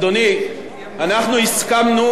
אדוני, אנחנו הסכמנו